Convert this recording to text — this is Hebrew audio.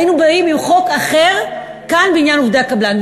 היינו באים עם חוק אחר כאן בעניין עובדי הקבלן.